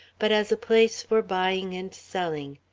but as a place for buying and selling,